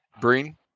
Breen